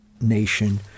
nation